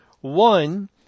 One